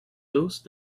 those